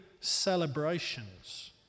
celebrations